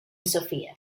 sofia